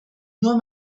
nur